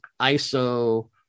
ISO